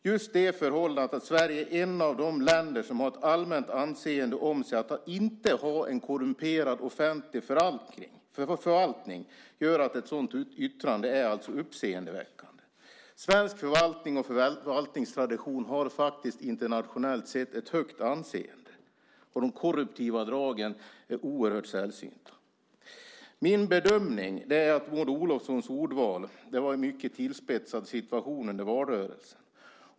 Just det förhållandet att Sverige är ett av de länder som har ett allmänt anseende om sig att inte ha en korrumperad offentlig förvaltning gör att ett sådant yttrande är uppseendeväckande. Svensk förvaltning och förvaltningstradition har faktiskt internationellt sett ett högt anseende, och de korruptiva dragen är oerhört sällsynta. Min bedömning är att Maud Olofssons ordval skedde i en mycket tillspetsad situation under valrörelsen.